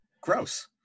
Gross